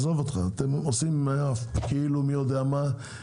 אתם מציגים את זה כאילו מי יודע מה.